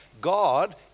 God